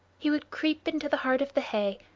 he would creep into the heart of the hay,